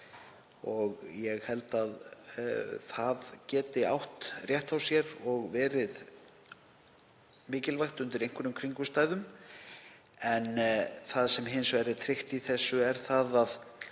og ég held að það geti átt rétt á sér og verið mikilvægt undir einhverjum kringumstæðum. En það sem er hins vegar tryggt í þessu er að